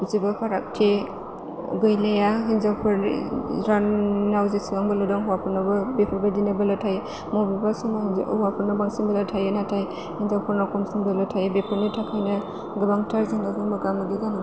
जेबो फारागथि गैलिया हिनजावफोरनाव जेसेबां बोलो दं हौवाफोरनावबो बेफोरबायदिनो बोलो थायो मबेबा समाव हौवाफोरनाव बांसिन बोलो थायो नाथाय हिनजावफोरनाव खमसिन बोलो थायो बेफोरनि थाखायनो गोबांथार जेंनानि मोगा मोगि जानांगौ जायो